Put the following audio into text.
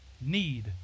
need